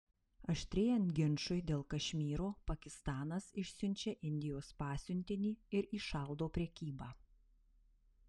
aštrėjant ginčui dėl kašmyro pakistanas išsiunčia indijos pasiuntinį ir įšaldo prekybą